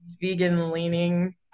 vegan-leaning